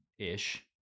Ish